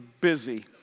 busy